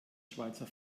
schweizer